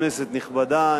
כנסת נכבדה,